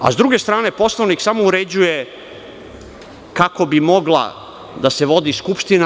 Sa druge strane, Poslovnik samo uređuje kako bi mogla da se vodi Skupština.